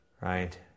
right